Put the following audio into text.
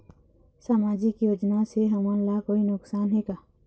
सामाजिक योजना से हमन ला कोई नुकसान हे का?